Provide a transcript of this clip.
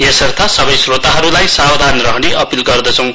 यसर्थ सबै श्रोताहरूलाई सावधान रहने अपील गर्दछौं